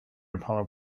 apollo